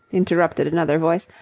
interrupted another voice,